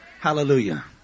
Hallelujah